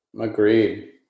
Agreed